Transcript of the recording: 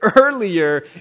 earlier